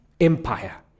empire